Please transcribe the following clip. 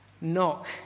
Knock